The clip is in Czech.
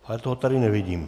Ale toho tady nevidím...